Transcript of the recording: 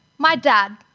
my dad,